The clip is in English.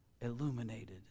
illuminated